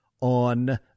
on